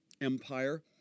Empire